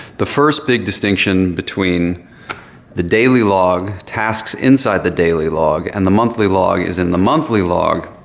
the first big distinction between the daily log tasks inside the daily log and the monthly log is in the monthly log,